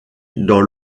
dans